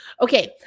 Okay